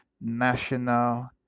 national